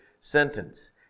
sentence